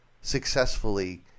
successfully